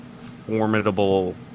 formidable